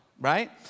Right